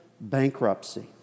bankruptcy